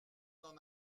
n’en